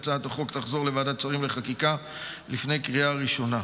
הצעת החוק תחזור לוועדת שרים לחקיקה לפני קריאה ראשונה.